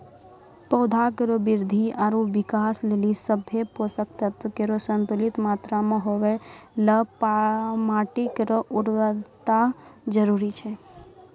पौधा केरो वृद्धि आरु विकास लेलि सभ्भे पोसक तत्व केरो संतुलित मात्रा म होवय ल माटी केरो उर्वरता जरूरी छै